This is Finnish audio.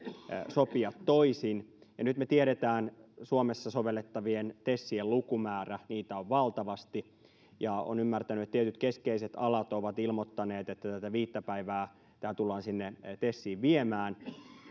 sopia toisin me tiedämme suomessa sovellettavien tesien lukumäärän niitä on valtavasti ja nyt olen ymmärtänyt että tietyt keskeiset alat ovat ilmoittaneet että tämä viisi päivää tullaan sinne tesiin viemään